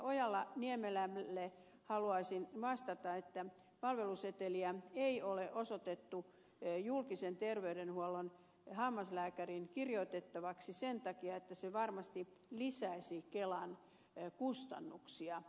ojala niemelälle haluaisin vastata että palveluseteliä ei ole osoitettu julkisen terveydenhuollon hammaslääkärin kirjoitettavaksi sen takia että se varmasti lisäisi kelan kustannuksia